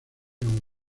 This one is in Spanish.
and